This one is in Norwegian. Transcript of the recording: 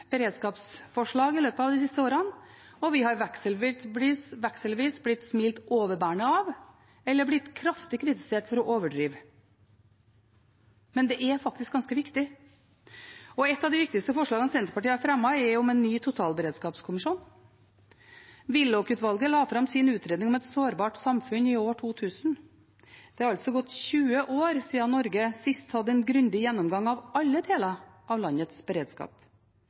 i løpet av de siste årene, og vi har vekselvis blitt smilt overbærende av, eller blitt kraftig kritisert for å overdrive. Men det er faktisk ganske viktig. Et av de viktigste forslagene Senterpartiet har fremmet, er om en ny totalberedskapskommisjon. Willoch-utvalget la fram sin utredning om et sårbart samfunn i år 2000. Det har altså gått 20 år siden Norge sist hadde en grundig gjennomgang av alle deler av landets beredskap.